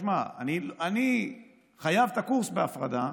תשמע, אני חייב את הקורס בהפרדה,